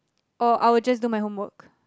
or I will just do my homework